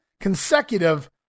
consecutive